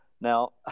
Now